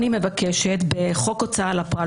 אני מבקשת בחוק הוצאה לפועל,